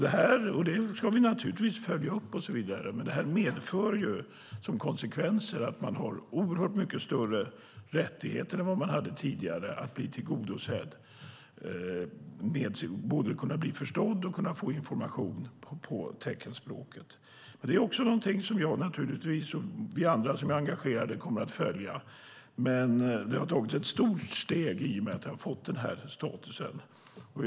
Det ska vi naturligtvis följa upp och så vidare. Men det här medför att man har oerhört mycket större rättigheter än vad man hade tidigare när det handlar om att kunna bli förstådd och att kunna få information på teckenspråket. Det här är naturligtvis någonting som jag och andra som är engagerade kommer att följa. Men det har tagits ett stort steg i och med att det har fått den här statusen.